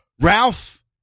Ralph